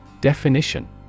Definition